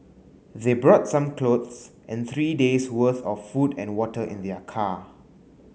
they brought some clothes and three days worth of food and water in their car